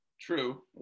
True